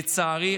לצערי,